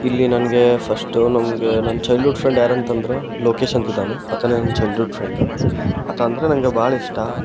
ಇಲ್ಲಿ ನನಗೆ ಫಸ್ಟ್ ನನಗೆ ನನ್ನ ಚೈಲ್ಡ್ಹುಡ್ ಫ್ರೆಂಡ್ ಯಾರಂತಂದರೆ ಲೋಕೇಶ್ ಅಂತಿದ್ದಾನೆ ಆತನೇ ನನ್ನ ಚೈಲ್ಡ್ಹುಡ್ ಫ್ರೆಂಡ್ ಆತ ಅಂದರೆ ನಂಗೆ ಭಾಳ ಇಷ್ಟ